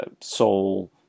soul